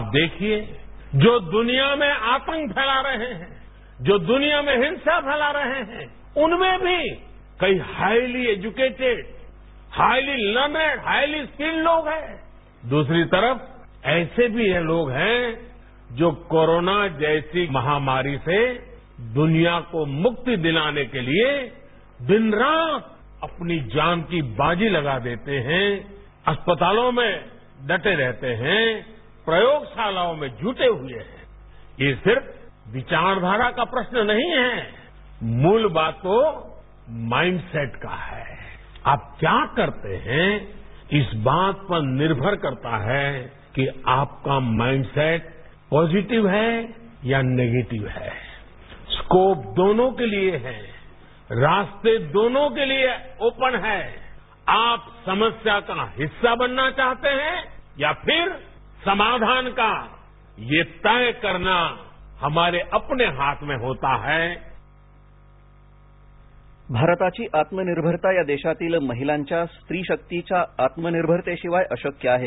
आप देखिए जो दूनिया में आतंक फैला रहे हैं जो दूनिया में हिसा फैला रहे हें उनमें भी कई highly educated highly learned highly skilled लोग हैं दूसरी तरफ ऐसे भी लोग हैं जो कोरोना जैसी महामारी से दुनिया को मुक्ति दिलाने के लिए दिन रात अपनी जान की बाजी लगा देते हैं अस्पतालों में डटे रहते हैं प्रयोगशालाओं में जुटे हुए हैं ये सिर्फ विचारधारा का प्रश्न नहीं है मूल बात तो माइंड सेट का है आप क्या करते हैं इस बात पर निर्भर करता है कि आपका माइंड सेट पॉजिटिव है या नेगिटिव है स्कोप दोनो के लिए है रास्ते दोनो के लिए ओपन हैं आप समस्या का हिस्सा बनना चाहते हैं या फिर समाधान का ये तय करना हमारे अपने हाथ में होता है भारताची आत्मनिर्भरता या देशातील महिलांच्यास्त्रीशक्तीच्या आत्मनिर्भरतेशिवाय अशक्य आहे